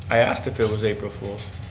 i asked if it was april fools.